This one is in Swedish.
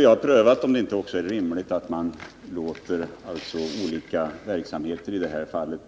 Vi har då prövat om det inte är rimligt också att låta olika verksamheter — i det här fallet